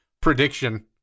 prediction